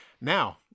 Now